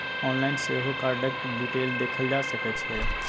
online सेहो कार्डक detail देखल जा सकै छै